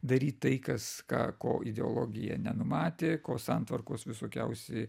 daryt tai kas ką ko ideologija nenumatė ko santvarkos visokiausi